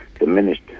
Diminished